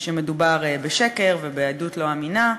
שמדובר בשקר ובעדות לא אמינה.